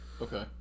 Okay